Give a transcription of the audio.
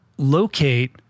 Locate